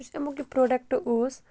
یُس اَمیُک یہِ پروڈَکٹ اوس